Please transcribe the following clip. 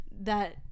that-